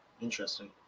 Interesting